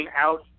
out